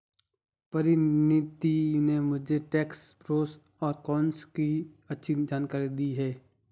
परिनीति ने मुझे tax pros और कोन्स की अच्छी जानकारी दी है